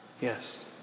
Yes